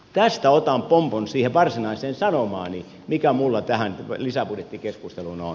tästä otan pompon siihen varsinaiseen sanomaani mikä minulla tähän lisäbudjettikeskusteluun on